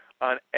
on